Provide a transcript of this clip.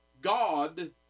God